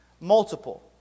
Multiple